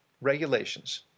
regulations